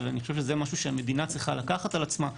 אני חושב שזה משהו שהמדינה צריכה לקחת על עצמה להסדיר,